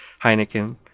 Heineken